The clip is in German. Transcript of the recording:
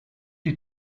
die